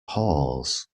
pause